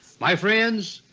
my friends,